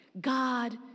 God